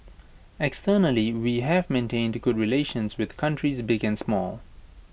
externally we have maintained good relations with countries big and small